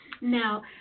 Now